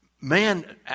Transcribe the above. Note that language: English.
man